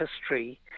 history